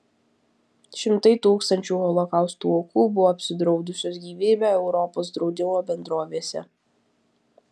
šimtai tūkstančių holokausto aukų buvo apsidraudusios gyvybę europos draudimo bendrovėse